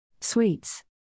Sweets